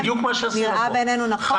נראה בעינינו נכון.